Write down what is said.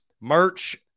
merch